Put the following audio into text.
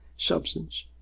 substance